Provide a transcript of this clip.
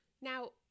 Now